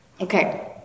Okay